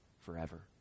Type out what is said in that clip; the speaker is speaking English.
forever